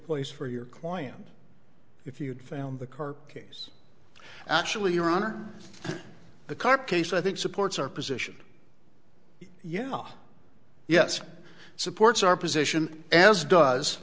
place for your client if you'd found the carcase actually your honor the carcase i think supports our position yeah yes it supports our position as does